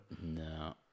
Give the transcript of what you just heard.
No